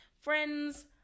Friends